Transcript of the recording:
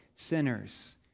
sinners